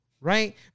right